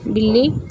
ਬਿੱਲੀ